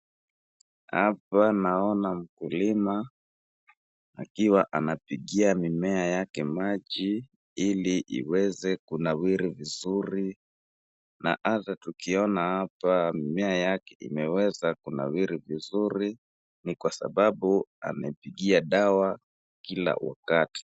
Hapa naona mkulima, akiwa anapigia mimea yake maji, ili iweze kunawiri vizuri, na hata tukiona hapa mimea yake imeweza kunawiri vizuri, ni kwa sababu amepigia dawa kila wakati.